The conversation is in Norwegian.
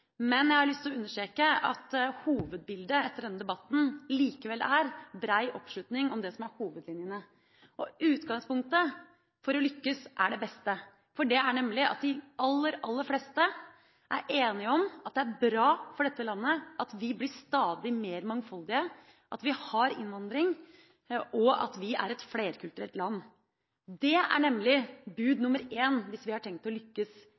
Men jeg har lyst til å understreke at hovedbildet etter denne debatten likevel er bred oppslutning om det som er hovedlinjene. Utgangspunktet for å lykkes er det beste, for det er nemlig at de aller fleste er enige om at det er bra for dette landet at det blir stadig mer mangfold, at vi har innvandring, og at vi er et flerkulturelt land. Det er nemlig bud nr. 1 hvis vi har tenkt å lykkes